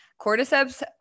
cordyceps